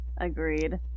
Agreed